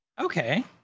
Okay